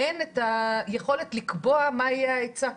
אין את היכולת לקבוע מה יהיה ההיצע,